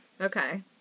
Okay